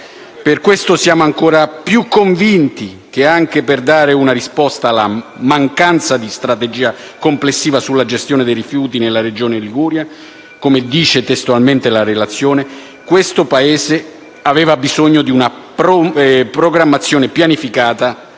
Pertanto siamo ancora più convinti che, anche per dare una risposta alla «mancanza di una strategia complessiva sulla gestione dei rifiuti nella regione Liguria» come dice testualmente la relazione, questo Paese aveva bisogno di una programmazione pianificata